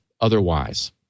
otherwise